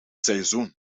seizoen